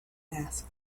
asked